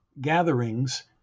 gatherings